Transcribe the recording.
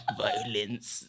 violence